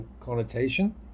connotation